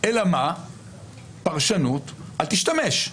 אלא מה, פרשנות, אל תשתמש,